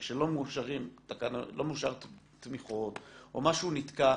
שכשלא מאושרות תמיכות או משהו נתקע,